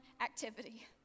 activity